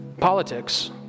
politics